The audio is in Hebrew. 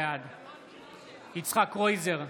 בעד יצחק קרויזר,